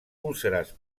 úlceres